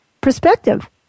perspective